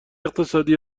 اقتصادی